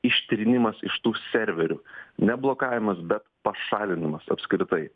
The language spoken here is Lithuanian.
ištrynimas iš tų serverių ne blokavimas bet pašalinimas apskritai